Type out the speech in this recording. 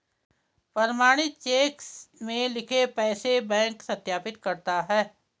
प्रमाणित चेक में लिखे पैसे बैंक सत्यापित करता है